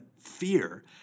fear